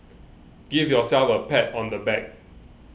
give yourselves a pat on the back